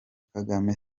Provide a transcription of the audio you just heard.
kagame